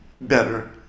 better